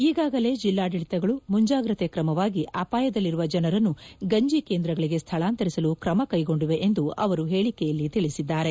ಈಗಾಗಲೇ ಜಿಲ್ಲಾಡಳಿತಗಳು ಮುಂಜಾಗ್ರತೆ ಕ್ರಮವಾಗಿ ಅಪಾಯದಲ್ಲಿರುವ ಜನರನ್ನು ಗಂಜಿ ಕೇಂದ್ರಗಳಿಗೆ ಸ್ಥಳಾಂತರಿಸಲು ಕ್ರಮಕೈಗೊಂಡಿವೆ ಎಂದು ಅವರು ಹೇಳಿಕೆಯಲ್ಲಿ ತಿಳಿಸಿದ್ದಾರೆ